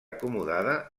acomodada